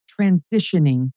transitioning